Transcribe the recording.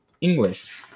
English